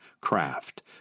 craft